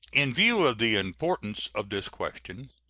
in view of the importance of this question,